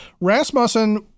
Rasmussen